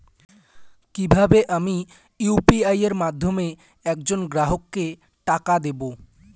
কিভাবে আমি ইউ.পি.আই এর মাধ্যমে এক জন গ্রাহককে টাকা দেবো?